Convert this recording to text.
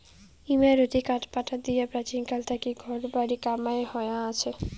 ইমারতী কাঠপাটা দিয়া প্রাচীনকাল থাকি ঘর বাড়ির কামাই হয়া আচে